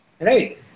Right